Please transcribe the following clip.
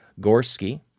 Gorski